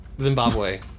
Zimbabwe